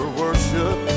worship